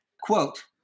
quote